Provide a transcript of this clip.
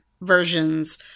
versions